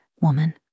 woman